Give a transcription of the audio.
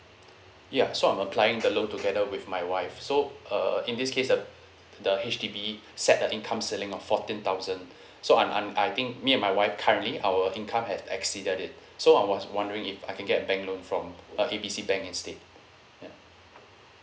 ya so I'm applying the loan together with my wife so uh in this case uh the H_D_B set the income ceiling of fourteen thousand so I'm I'm I think me and my wife currently our income have exceeded it so I was wondering if I can get a bank loan from uh A B C bank instead ya